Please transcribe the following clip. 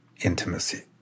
intimacy